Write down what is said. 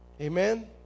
Amen